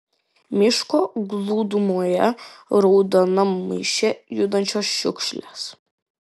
miško glūdumoje raudonam maiše judančios šiukšlės